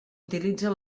utilitza